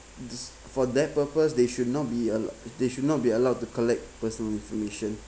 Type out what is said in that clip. just for that purpose they should not be they should not be allowed to collect personal information